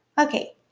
Okay